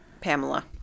Pamela